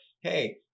Hey